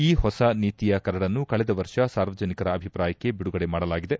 ಈ ಹೊಸ ನೀತಿಯ ಕರಡನ್ನು ಕಳೆದ ವರ್ಷ ಸಾರ್ವಜನಿಕರ ಅಭಿಪ್ರಾಯಕ್ಕೆ ಬಿಡುಗಡೆ ಮಾಡಲಾಗಿದೆ